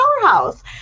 powerhouse